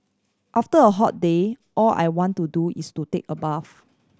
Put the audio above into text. after a hot day all I want to do is to take a bath